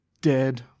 dead